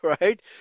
right